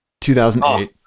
2008